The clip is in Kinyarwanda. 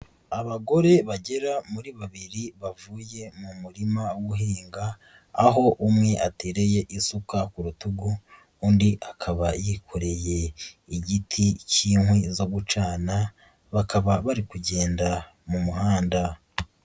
Abagore bagera muri babiri bavuye mu murima guhinga, aho umwe atereye isuka ku rutugu, undi akaba yikoreye igiti cy'inkwi zo gucana, bakaba bari kugenda mu muhanda.